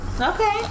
Okay